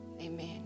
amen